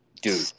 Dude